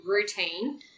routine